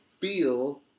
feel